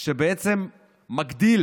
שמגדיל